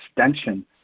extension